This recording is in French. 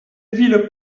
ville